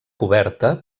coberta